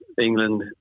England